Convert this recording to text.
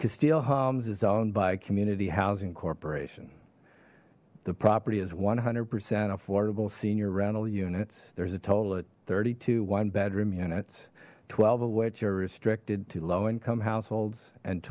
casteel homs is owned by community housing corporation the property is one hundred percent affordable senior rental units there's a total of thirty two one bedroom units twelve of which are restricted to low income households and